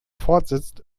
fortsetzt